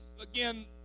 again